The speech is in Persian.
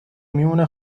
میمونه